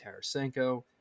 Tarasenko